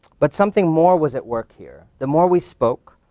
but something more was at work here. the more we spoke,